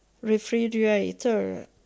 refrigerator